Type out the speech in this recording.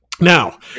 Now